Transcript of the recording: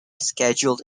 scheduled